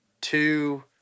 two